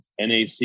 NAC